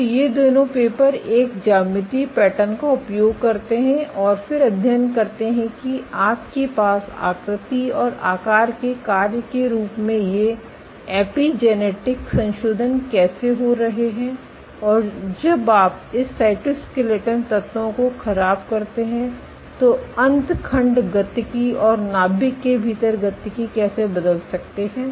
तो ये दोनों पेपर एक ज्यामितीय पैटर्न का उपयोग करते हैं और फिर अध्ययन करते हैं कि आपके पास आकृति और आकार के कार्य के रूप में ये एपिजेनेटिक संशोधन कैसे हो रहे हैं और जब आप इस साइटस्केलेटन तत्वों को खराब करते हैं तो अंतखंड गतिकी और नाभिक के भीतर गतिकी कैसे बदलते हैं